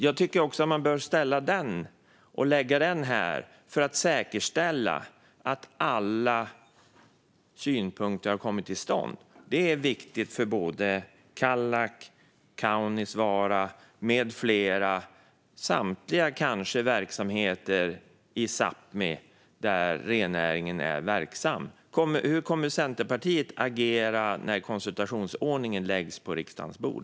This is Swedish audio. Jag tycker också att man bör ställa den och lägga den här för att säkerställa att alla synpunkter har fått höras. Det är viktigt för Kallak, Kaunisvaara med flera - kanske för samtliga verksamheter i Sápmi där rennäring pågår. Hur kommer Centerpartiet att agera när frågan om konsultationsordningen läggs på riksdagens bord?